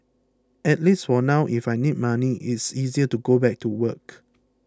at least now if I need money it's easier to go back to work